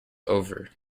over